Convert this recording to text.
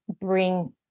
bring